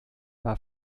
war